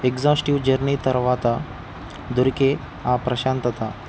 exhaustive journey తర్వాత దొరికే ఆ ప్రశాంతత